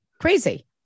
Crazy